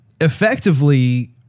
effectively